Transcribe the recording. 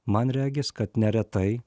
man regis kad neretai